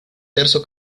terso